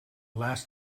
last